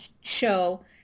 show